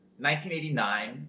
1989